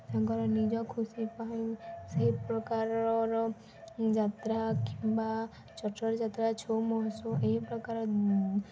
ତାଙ୍କର ନିଜ ଖୁସି ପାଇଁ ସେହି ପ୍ରକାରର ଯାତ୍ରା କିମ୍ବା ଛତର୍ ଯାତ୍ରା ଛଉ ମହୋତ୍ସବ ଏହି ପ୍ରକାର